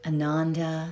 Ananda